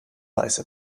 weiße